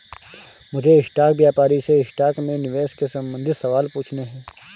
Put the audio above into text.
मुझे स्टॉक व्यापारी से स्टॉक में निवेश के संबंधित सवाल पूछने है